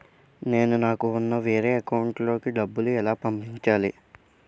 నేను నాకు ఉన్న వేరే అకౌంట్ లో కి డబ్బులు ఎలా పంపించాలి?